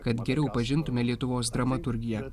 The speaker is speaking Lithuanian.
kad geriau pažintume lietuvos dramaturgiją